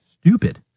stupid